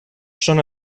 són